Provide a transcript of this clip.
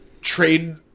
trade